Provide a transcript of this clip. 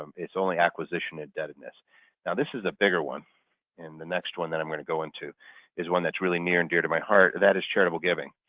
um it's only acquisition indebtedness. now this is a bigger one and the next one that i'm going to go into is one that's really near and dear to my heart. that is charitable giving.